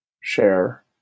share